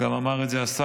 גם אמר את זה השר.